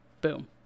Boom